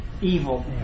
evil